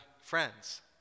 friends